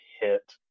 hit